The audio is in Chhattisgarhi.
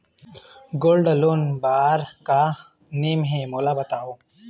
गोल्ड लोन बार का का नेम हे, मोला बताव?